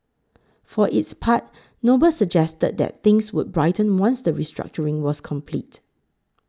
for its part Noble suggested that things would brighten once the restructuring was complete